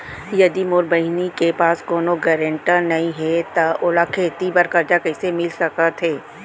यदि मोर बहिनी के पास कोनो गरेंटेटर नई हे त ओला खेती बर कर्जा कईसे मिल सकत हे?